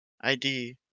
ID